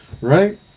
right